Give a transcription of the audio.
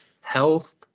health